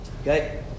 Okay